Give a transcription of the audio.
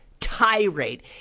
tirade